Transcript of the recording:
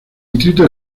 distrito